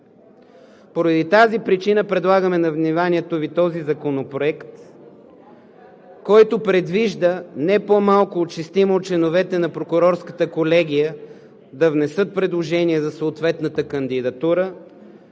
По тази причина предлагаме на вниманието Ви този законопроект, който предвижда не по-малко от шестима от членовете на Прокурорската колегия да внесат предложение за съответната кандидатура,